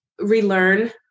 relearn